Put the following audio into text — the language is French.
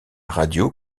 radio